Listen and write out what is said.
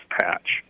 patch